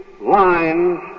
lines